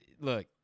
Look